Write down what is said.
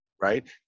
right